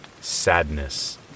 sadness